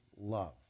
love